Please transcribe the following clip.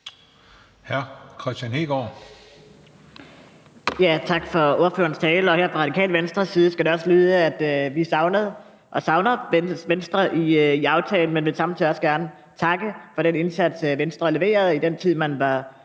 13:57 Kristian Hegaard (RV): Tak for ordførerens tale. Og fra Radikale Venstres side skal det også lyde, at vi savnede og savner Venstre i aftalen, men vi vil samtidig også gerne takke for den indsats, Venstre leverede i den tid, man var